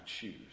choose